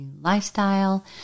lifestyle